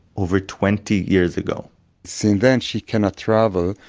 over twenty years ago since then, she cannot travel,